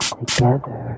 together